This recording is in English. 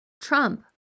trump